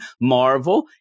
Marvel